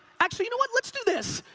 actually you know what, let's do this.